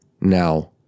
now